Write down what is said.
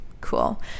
Cool